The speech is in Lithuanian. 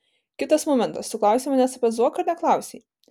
kitas momentas tu klausei manęs apie zuoką ar neklausei